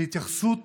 להתייחסות